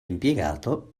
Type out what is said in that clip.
impiegato